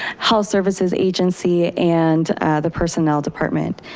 health services agency and the personnel department.